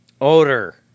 Odor